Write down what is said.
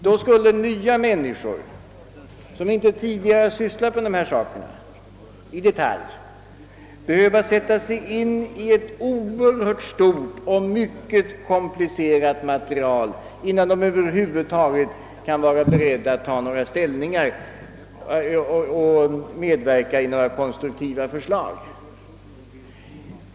Då skulle nya personer, som inte tidigare i detalj sysslat med dessa spörsmål, behöva sätta sig in i ett oerhört stort och mycket komplicerat material innan de över huvud taget kan vara beredda att göra några ställningstaganden och att medverka till några konstruktiva förslag.